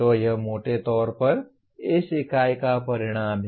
तो यह मोटे तौर पर इस इकाई का परिणाम है